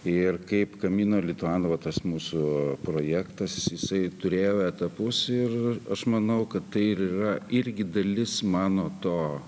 ir kaip kamino lituano va tas mūsų projektas jisai turėjo etapus ir aš manau kad tai ir yra irgi dalis mano to